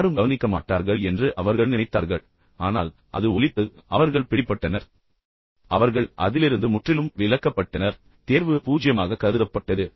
யாரும் கவனிக்க மாட்டார்கள் என்று அவர்கள் நினைத்தார்கள் ஆனால் அது ஒலித்தது அது சில அழைப்புகளைச் செய்தது அவர்கள் பிடிபட்டனர் பின்னர் அவர்கள் அதிலிருந்து முற்றிலும் விலக்கப்பட்டனர் மேலும் தேர்வு பூஜ்யமாக கருதப்பட்டது